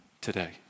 today